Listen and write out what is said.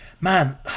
man